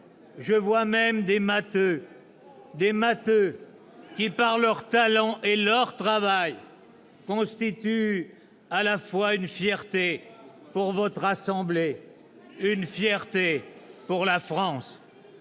Je vois même des matheux ! Des matheux qui, par leur talent et leur travail, constituent à la fois une fierté pour votre assemblée et une fierté pour la France.